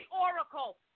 oracle